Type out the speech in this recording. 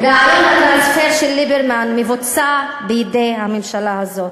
"רעיון הטרנספר של ליברמן מבוצע בידי הממשלה הזאת."